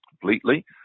completely